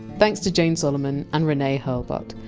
thanks to jane solomon and renae hurlbutt.